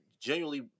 genuinely